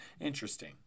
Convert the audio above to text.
Interesting